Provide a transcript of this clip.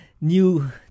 new